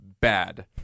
bad